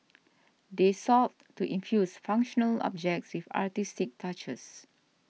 they sought to infuse functional objects with artistic touches